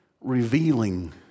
revealing